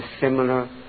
similar